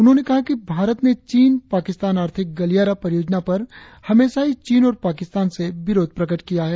उन्होंने कहा कि भारत ने चीन पाकिस्तान आर्थिक गलियारा परियोजनाओं पर हमेशा ही चीन और पाकिस्तान से विरोध प्रकट किया है